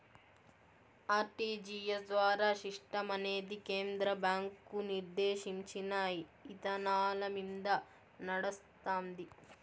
RTGS ద్వారా సిస్టమనేది కేంద్ర బ్యాంకు నిర్దేశించిన ఇదానాలమింద నడస్తాంది